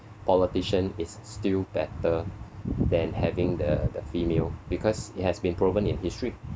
politician is still better than having the the female because it has been proven in history